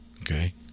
Okay